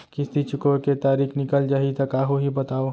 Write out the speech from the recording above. किस्ती चुकोय के तारीक निकल जाही त का होही बताव?